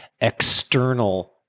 external